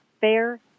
fair